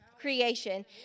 creation